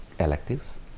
electives